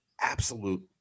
absolute